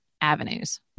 avenues